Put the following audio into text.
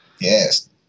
Yes